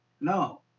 No